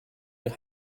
your